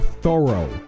thorough